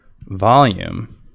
volume